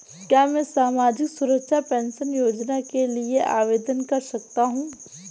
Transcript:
क्या मैं सामाजिक सुरक्षा पेंशन योजना के लिए आवेदन कर सकता हूँ?